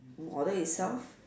model itself